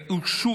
עתיד.